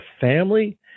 family